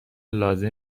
لازم